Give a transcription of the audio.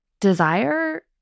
desire